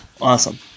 Awesome